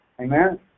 Amen